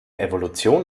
evolution